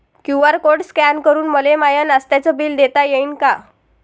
QR code scan करून मले माय नास्त्याच बिल देता येईन का?